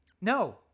No